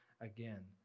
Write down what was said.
again